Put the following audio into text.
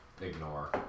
Ignore